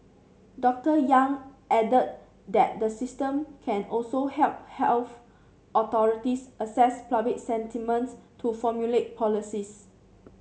Doctor Yang added that the system can also help health authorities assess public sentiment to formulate policies